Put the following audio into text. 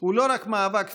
הוא לא רק מאבק פיזי,